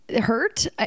hurt